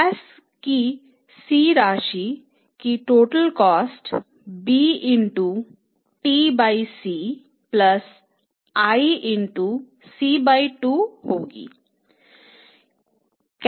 cash की C राशि की टोटल कॉस्ट bTC iC2 होगी